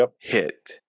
hit